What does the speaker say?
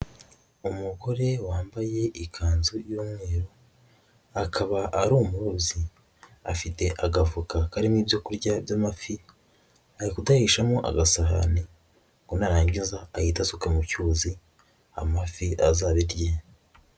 Umugore wambaye ikanzu y'umweru akaba ari umurobyi, afite agafuka karimo ibyo kurya by'amafi, ari kudahishamo agasahani ngo narangiza ahita asuka mu cyuzi, amafi azabirye.